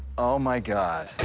oh, my god.